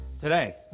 Today